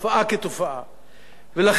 ולכן ראוי כי כל איש תקשורת,